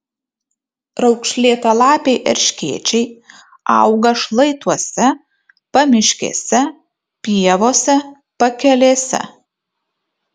raukšlėtalapiai erškėčiai auga šlaituose pamiškėse pievose pakelėse